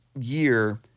year